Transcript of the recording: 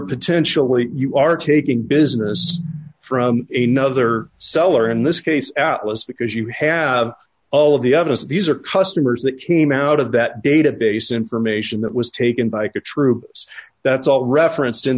potentially you are taking business from a nother seller in this case atlas because you have all d of the of us these are customers that came out of that database information that was taken by katrina that's all referenced in